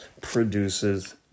produces